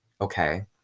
Okay